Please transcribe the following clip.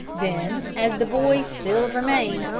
then, as the boy still remained,